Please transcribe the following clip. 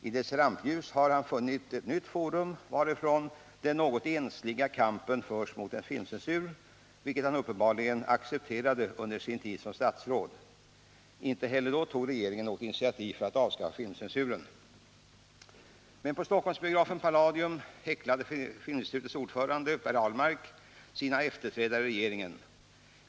I dess rampljus har han funnit ett nytt forum, varifrån den något ensliga kampen förs mot den filmcensur vilken han uppenbarligen accepterade under sin tid som statsråd. Inte heller då tog regeringen något initiativ för att avskaffa filmcensuren. Men på Stockholmsbiografen Palladium häcklade Filminstitutets ordförande Per Ahlmark sina efterträdare i regeringen.